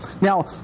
Now